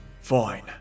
Fine